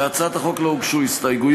להצעת החוק לא הוגשו הסתייגויות,